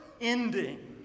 ending